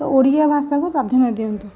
ଓଡ଼ିଆ ଭାଷାକୁ ପ୍ରାଧାନ୍ୟ ଦିଅନ୍ତୁ